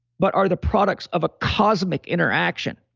but are the products of a cosmic interaction